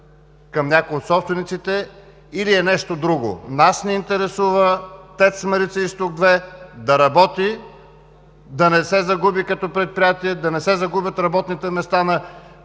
към някои от собствениците, или е нещо друго. Нас ни интересува „ТЕЦ Марица изток 2“ да работи, да не се загуби като предприятие, да не се загубят работните места на